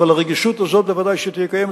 אבל הרגישות הזאת ודאי שתהיה קיימת,